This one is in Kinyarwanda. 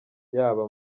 yaba